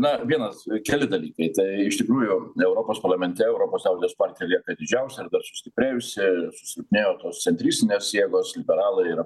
na vienas keli dalykai tai iš tikrųjų europos parlamente europos liaudies partija didžiausia dar sustiprėjusi susilpnėjo tos centristinės jėgos liberalai ir